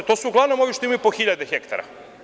To su uglavnom ovi što imaju po hiljade hektara.